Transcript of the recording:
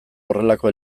horrelako